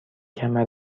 کمر